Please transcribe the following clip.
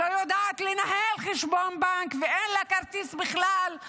לא יודעת לנהל חשבון בנק ואין לה כרטיס בכלל,